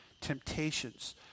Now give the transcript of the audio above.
Temptations